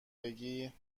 بگی